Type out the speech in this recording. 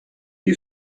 you